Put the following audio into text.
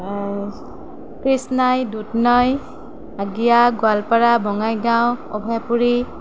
Krishnai Dudhnoi Agia Goalpara Bongaigaon Abhayapuri